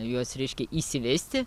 juos reiškia įsivesti